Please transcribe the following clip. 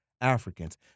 Africans